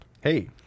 Hey